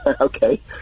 Okay